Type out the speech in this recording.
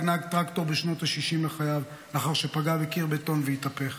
נהג טרקטור בשנות השישים לחייו לאחר שפגע בקיר בטון והתהפך.